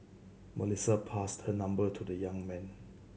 Melissa passed her number to the young man